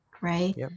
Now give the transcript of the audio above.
right